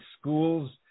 schools